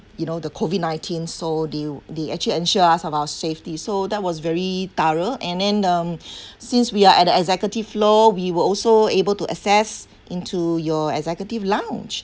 you know the COVID-nineteen so they they actually ensure us of our safety so that was very thorough and then um since we are at the executive floor we were also able to access into your executive lounge